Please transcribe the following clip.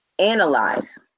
Analyze